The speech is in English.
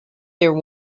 their